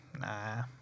nah